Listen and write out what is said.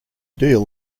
deal